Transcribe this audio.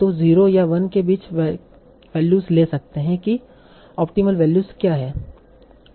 तों 0 या 1 के बीच वैल्यूज ले सकते हैं कि ऑप्टीमल वैल्यूज क्या है